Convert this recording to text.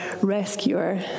rescuer